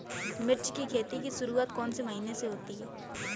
मिर्च की खेती की शुरूआत कौन से महीने में होती है?